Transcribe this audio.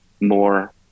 more